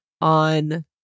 on